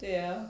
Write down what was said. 对啊